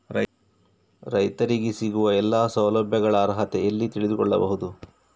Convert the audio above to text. ರೈತರಿಗೆ ಸಿಗುವ ಎಲ್ಲಾ ಸೌಲಭ್ಯಗಳ ಅರ್ಹತೆ ಎಲ್ಲಿ ತಿಳಿದುಕೊಳ್ಳಬಹುದು?